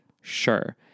sure